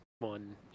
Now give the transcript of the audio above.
one